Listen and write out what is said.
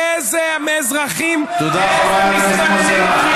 איזה אזרחים, תודה רבה, חבר הכנסת מוסי רז.